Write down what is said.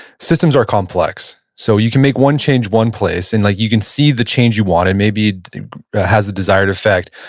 systems are complex, so you can make one change one place and like you can see the change you want and maybe it has the desired effect,